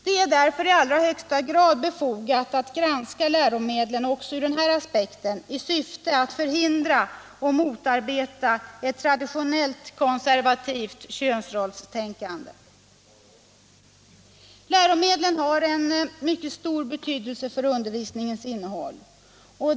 Det är därför i allra högsta grad befogat att granska läromedlen också ur denna aspekt i syfte att förhindra och motarbeta ett traditionellt konservativt könsrollstänkande. Läromedlen har en mycket stor betydelse för undervisningens innehåll.